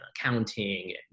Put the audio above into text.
accounting